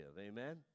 Amen